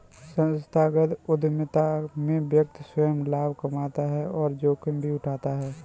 संस्थागत उधमिता में व्यक्ति स्वंय लाभ कमाता है और जोखिम भी उठाता है